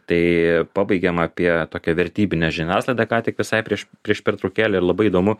tai pabaigėm apie tokią vertybinę žiniasklaidą ką tik visai prieš prieš pertraukėlę ir labai įdomu